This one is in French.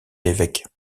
l’évêque